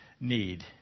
need